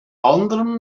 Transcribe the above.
anderem